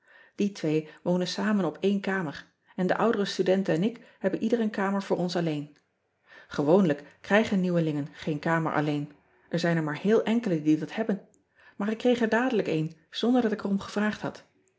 ie twee wonen samen op éen kamer en de oudere studente en ik hebben ieder een kamer voor ons alleen ewoonlijk krijgen nieuwelingen geen kamer alleen er zijn er maar heel enkelen die dat hebben maar ik kreeg er dadelijk een zonder dat ik er om gevraagd had